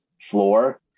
floor